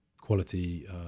quality